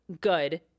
good